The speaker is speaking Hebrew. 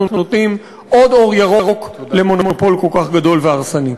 נותנים עוד אור ירוק למונופול כל כך גדול והרסני.